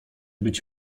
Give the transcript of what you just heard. być